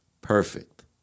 perfect